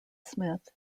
smith